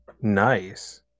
Nice